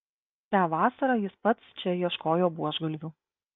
šią vasarą jis pats čia ieškojo buožgalvių